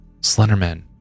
Slenderman